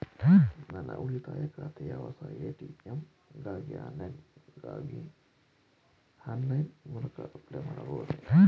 ನನ್ನ ಉಳಿತಾಯ ಖಾತೆಯ ಹೊಸ ಎ.ಟಿ.ಎಂ ಗಾಗಿ ಆನ್ಲೈನ್ ಮೂಲಕ ಅಪ್ಲೈ ಮಾಡಬಹುದೇ?